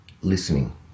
Listening